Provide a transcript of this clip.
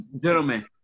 gentlemen